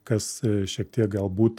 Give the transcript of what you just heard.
kas šiek tiek galbūt